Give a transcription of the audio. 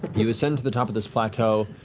you ascend to the top of this plateau.